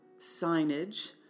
signage